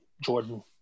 Jordan